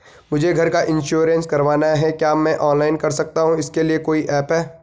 मुझे घर का इन्श्योरेंस करवाना है क्या मैं ऑनलाइन कर सकता हूँ इसके लिए कोई ऐप है?